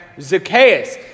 Zacchaeus